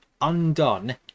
undone